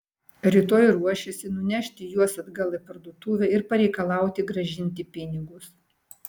rytoj ruošėsi nunešti juos atgal į parduotuvę ir pareikalauti grąžinti pinigus